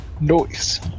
noise